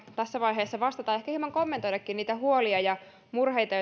tässä vaiheessa mahdollisuudesta vastata ehkä hieman kommentoidakin niitä huolia ja murheita